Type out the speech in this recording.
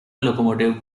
locomotive